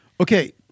Okay